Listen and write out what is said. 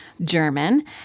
German